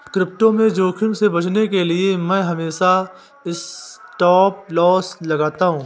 crypto में जोखिम से बचने के लिए मैं हमेशा स्टॉपलॉस लगाता हूं